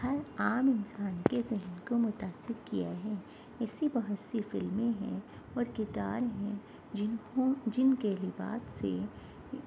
ہر عام انسان کے ذہن کو متأثر کیا ہے ایسی بہت سی فلمیں ہیں اور کردار ہیں جنہوں جن کے لباس سے